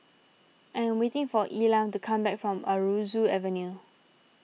I am waiting for Elam to come back from Aroozoo Avenue